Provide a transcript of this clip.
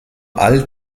all